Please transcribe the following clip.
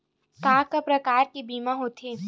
का का प्रकार के बीमा होथे?